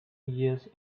years